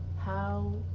how